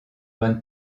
bonne